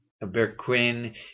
Berquin